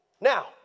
Now